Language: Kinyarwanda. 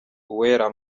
uwera